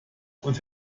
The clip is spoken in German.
und